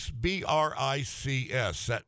B-R-I-C-S